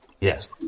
Yes